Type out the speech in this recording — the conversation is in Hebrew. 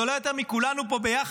גדולה יותר מכולנו פה ביחד,